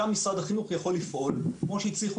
שם משרד החינוך יכול לפעול כמו שהצליחו